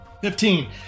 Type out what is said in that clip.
Fifteen